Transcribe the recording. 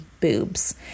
boobs